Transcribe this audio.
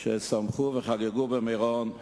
ששמחו וחגגו במירון.